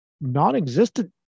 non-existent